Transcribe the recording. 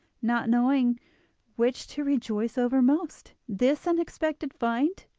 not knowing which to rejoice over most this unexpected find,